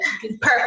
Perfect